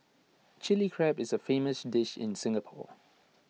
Chilli Crab is A famous dish in Singapore